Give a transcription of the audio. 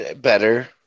better